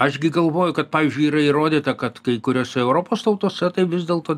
aš gi galvoju kad pavyzdžiui yra įrodyta kad kai kuriose europos tautose tai vis dėlto